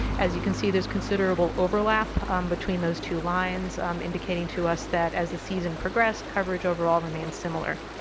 as you can see, there's considerable overlap between those two lines um indicating to us that as the season progressed coverage overall remained similar.